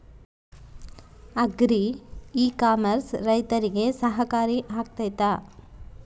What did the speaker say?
Agri e commerce ರೈತರಿಗೆ ಸಹಕಾರಿ ಆಗ್ತೈತಾ?